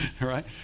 Right